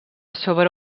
sobre